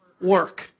Work